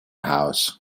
house